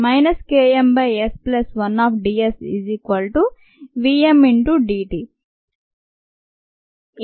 KmS1dSvmdt